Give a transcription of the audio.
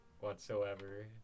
whatsoever